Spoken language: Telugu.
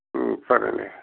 సరే